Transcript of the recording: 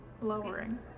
lowering